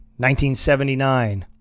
1979